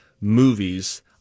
movies